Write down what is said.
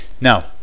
Now